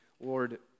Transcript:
Lord